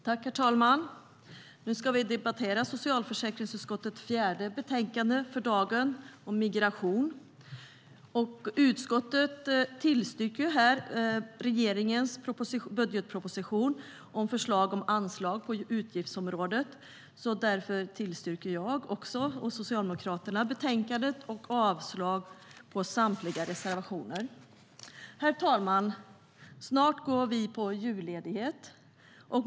Herr talman! Nu ska vi debattera socialförsäkringsutskottets fjärde betänkande för dagen. Det handlar om migration. Utskottet tillstyrker regeringens budgetproposition om förslag om anslag för utgiftsområdet. Därför yrkar jag och Socialdemokraterna bifall till utskottets förslag i betänkandet och avslag på samtliga reservationer. Herr talman! Snart går vi på julledighet.